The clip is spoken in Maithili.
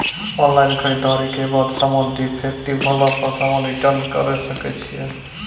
ऑनलाइन खरीददारी के बाद समान डिफेक्टिव होला पर समान रिटर्न्स करे सकय छियै?